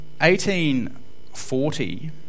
1840